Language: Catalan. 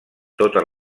totes